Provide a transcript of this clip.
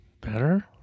Better